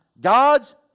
God's